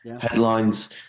headlines